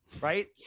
Right